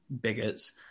bigots